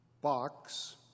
box